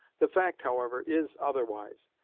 the fact, however, is otherwise.